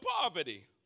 poverty